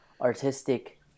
artistic